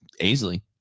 easily